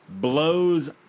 blows